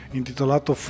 intitolato